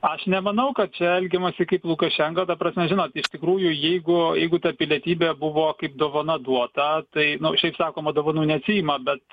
aš nemanau kad čia elgiamasi kaip lukašenka ta prasme žinot iš tikrųjų jeigu jeigu ta pilietybė buvo kaip dovana duota tai nu šiaip sakoma dovanų neatsiima bet